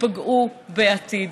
ייפגעו בעתיד.